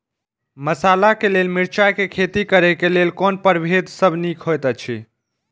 मसाला के लेल मिरचाई के खेती करे क लेल कोन परभेद सब निक होयत अछि?